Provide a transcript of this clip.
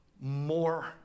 more